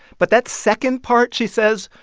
but that second part, she says,